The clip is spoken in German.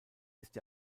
ist